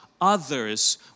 others